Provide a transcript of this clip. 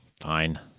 Fine